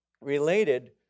related